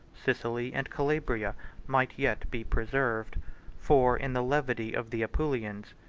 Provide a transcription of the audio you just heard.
sicily and calabria might yet be preserved for in the levity of the apulians,